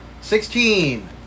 sixteen